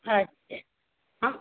अच्छे हम